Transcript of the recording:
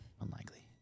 Unlikely